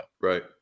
Right